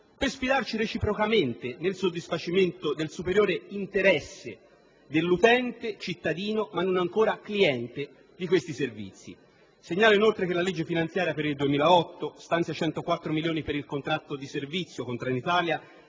per sfidarci reciprocamente, nel soddisfacimento del superiore interesse dell'utente cittadino ma non ancora cliente di questi servizi. Segnalo inoltre che la legge finanziaria per il 2008 stanzia 104 milioni per il contratto di servizio con Trenitalia